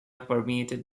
permeated